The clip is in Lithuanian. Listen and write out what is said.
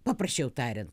paprasčiau tariant